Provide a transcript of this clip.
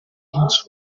inzu